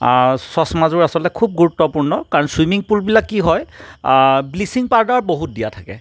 চশমাযোৰ আচলতে খুব গুৰুত্বপূৰ্ণ কাৰণ চুইমিং পুলবিলাক কি হয় ব্লিছিং পাউদাৰ বহুত দিয়া থাকে